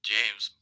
James